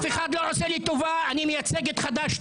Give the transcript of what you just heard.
אף אחד לא עושה לי טובה, אני מייצג את חד"ש-תע"ל.